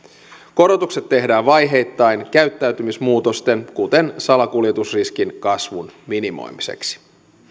korotukset tehdään vaiheittain käyttäytymismuutosten kuten salakuljetusriskin kasvun minimoimiseksi